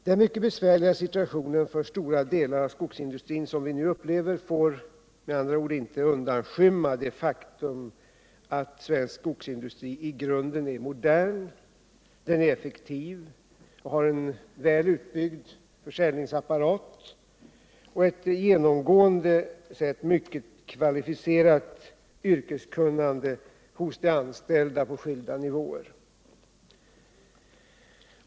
Den mycket besvärliga situation för stora delar av skogsindustrin som vi nu upplever får således inte undanskymma det faktum att svensk skogsindustri i grunden är modern och effektiv samt har en väl utbyggd försäljningsapparat och genomgående ett mycket kvalificerat yrkeskunnande hos de anställda på skilda nivåer.